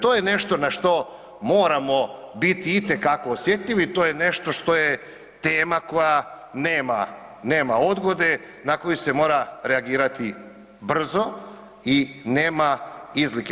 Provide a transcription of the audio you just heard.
To je nešto na što moramo biti itekako osjetljivi, to je nešto što je tema koja nema, nema odgode, na koju se mora reagirati brzo i nema izlike.